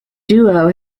duo